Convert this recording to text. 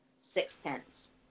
Sixpence